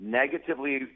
negatively